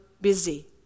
busy